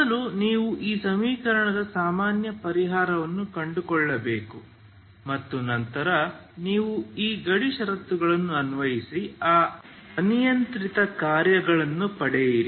ಮೊದಲು ನೀವು ಈ ಸಮೀಕರಣದ ಸಾಮಾನ್ಯ ಪರಿಹಾರವನ್ನು ಕಂಡುಕೊಳ್ಳಬೇಕು ಮತ್ತು ನಂತರ ನೀವು ಈ ಗಡಿ ಷರತ್ತುಗಳನ್ನು ಅನ್ವಯಿಸಿ ಆ ಅನಿಯಂತ್ರಿತ ಕಾರ್ಯಗಳನ್ನು ಪಡೆಯಿರಿ